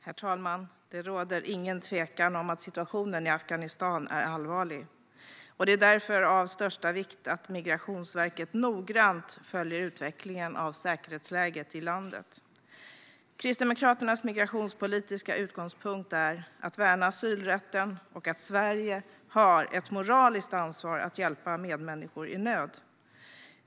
Herr talman! Det råder ingen tvekan om att situationen i Afghanistan är allvarlig. Det är därför av största vikt att Migrationsverket noggrant följer utvecklingen av säkerhetsläget i landet. Kristdemokraternas migrationspolitiska utgångspunkt är att värna asylrätten och att Sverige har ett moraliskt ansvar att hjälpa medmänniskor i nöd.